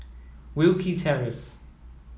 Wilkie Terrace